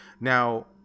Now